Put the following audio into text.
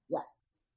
yes